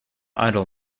idle